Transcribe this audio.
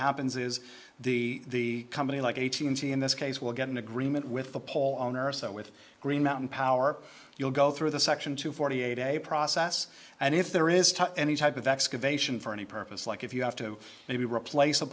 happens is the company like eighteen c in this case will get an agreement with the pole on earth so with green mountain power you'll go through the section to forty eight a process and if there is any type of excavation for any purpose like if you have to maybe replace a